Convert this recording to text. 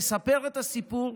נספר את הסיפור,